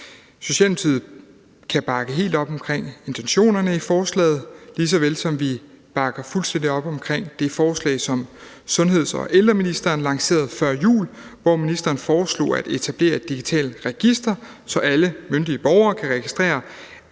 Socialdemokratiet kan bakke helt op om intentionerne i forslaget, lige så vel som vi bakker fuldstændig op omkring det forslag, som sundheds- og ældreministeren lancerede før jul, hvor ministeren foreslog at etablere et digitalt register, så alle myndige borgere kan registrere,